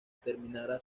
terminara